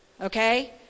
okay